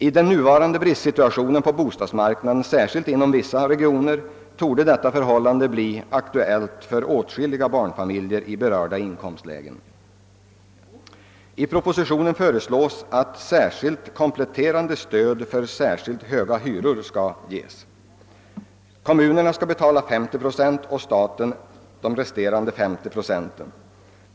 Med nuvarande bristsituation på bostadsmarknaden inom vissa regioner torde detta förhållande bli aktuellt för åtskilliga barnfamiljer i berörda inkomstlägen. I propositionen föreslås ett särskilt kompletterande stöd vid speciellt höga hyror. Kommunerna skall betala 50 procent av stödet och staten det resterande.